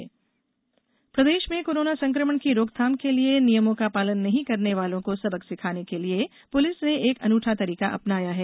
corona प्रदेश प्रदेश में कोरोना संक्रमण की रोकथाम के लिए नियमों का पालन नहीं करने वाले लोगों को सबक सिखाने के लिए पुलिस ने एक अनूठा तरीका अपनाया है